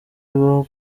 bibaho